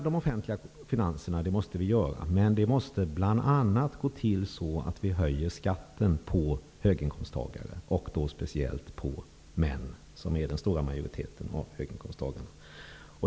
De offentliga finanserna måste saneras, och då måste man höja skatten för höginkomsttagare, och speciellt för män, som är den stora majoriteten av höginkomsttagarna.